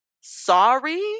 sorry